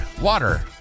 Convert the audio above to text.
water